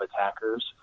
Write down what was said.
attackers